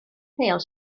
pêl